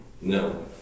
No